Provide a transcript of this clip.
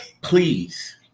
please